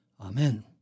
Amen